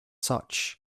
such